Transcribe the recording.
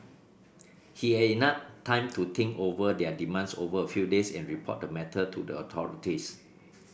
he had enough time to think over their demands over a few days and report the matter to the authorities